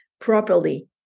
properly